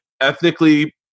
ethnically